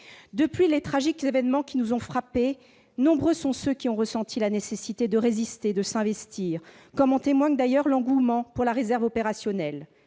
Depuis les tragiques événements qui nous ont frappés, nombreux sont ceux qui ont ressenti la nécessité de résister et de s'investir, comme en témoigne l'engouement pour la réserve opérationnelle.